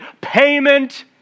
payment